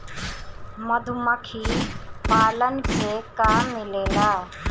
मधुमखी पालन से का मिलेला?